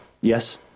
Yes